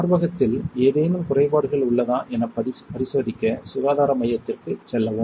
மார்பகத்தில் ஏதேனும் குறைபாடுகள் உள்ளதா எனப் பரிசோதிக்க சுகாதார மையத்திற்குச் செல்லவும்